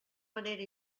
manera